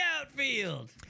outfield